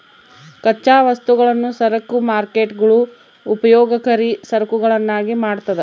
ಕಚ್ಚಾ ವಸ್ತುಗಳನ್ನು ಸರಕು ಮಾರ್ಕೇಟ್ಗುಳು ಉಪಯೋಗಕರಿ ಸರಕುಗಳನ್ನಾಗಿ ಮಾಡ್ತದ